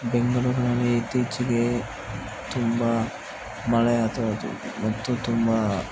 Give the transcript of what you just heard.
ಬೆಂಗಳೂರಿನಲ್ಲಿ ಇತ್ತೀಚಿಗೆ ತುಂಬ ಮಳೆ ಮತ್ತು ತುಂಬ